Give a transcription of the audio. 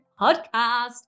podcast